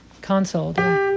console